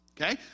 Okay